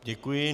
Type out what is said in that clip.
Děkuji.